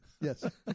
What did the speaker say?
Yes